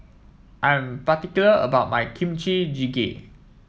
I am particular about my Kimchi Jjigae